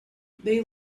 they